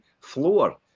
floor